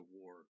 war